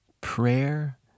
Prayer